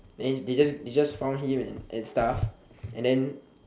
and they just they just found him and stuff and then